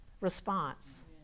response